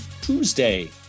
Tuesday